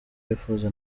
bifuza